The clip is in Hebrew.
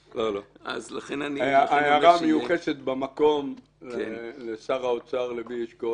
אז לכן אני רוצה שיהיה --- ההערה מיוחסת לשר האוצר לוי אשכול